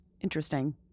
Interesting